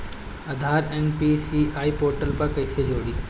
आधार NPCI portal पर कईसे जोड़ी?